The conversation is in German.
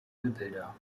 ölbilder